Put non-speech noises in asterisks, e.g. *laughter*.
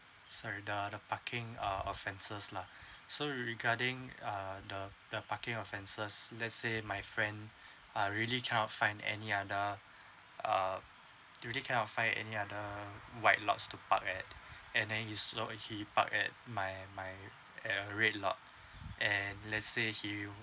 sorry the the parking uh offences lah *breath* so regarding uh the the parking offences let's say my friends *breath* are really can't find any other *breath* uh do they can of find any other white lots to park at *breath* and then his lots he park at my my eh red lot and let's say you